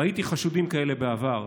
ראיתי חשודים כאלה בעבר,